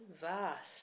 vast